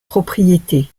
propriété